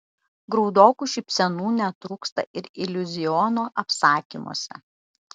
graudokų šypsenų netrūksta ir iliuziono apsakymuose